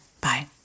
Bye